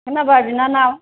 खोनाबाय बिनानाव